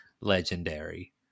legendary